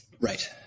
Right